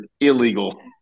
illegal